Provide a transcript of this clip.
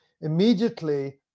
Immediately